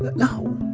but no.